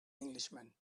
englishman